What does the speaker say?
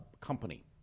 company